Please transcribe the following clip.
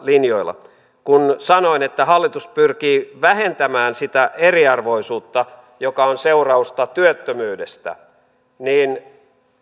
linjoilla kun sanoin että hallitus pyrkii vähentämään sitä eriarvoisuutta joka on seurausta työttömyydestä niin